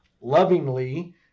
lovingly